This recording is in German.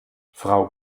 frau